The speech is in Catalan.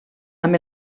amb